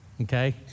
okay